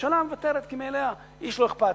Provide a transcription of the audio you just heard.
והממשלה מוותרת כי ממילא לאיש לא אכפת.